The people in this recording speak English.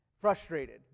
frustrated